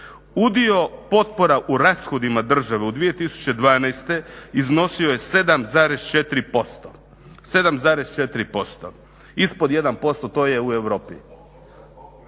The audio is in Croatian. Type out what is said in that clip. Udio potpora u rashodima države u 2012. iznosi je 7,4%. Ispod 1% to je u Europi.